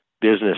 business